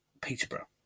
Peterborough